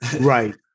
Right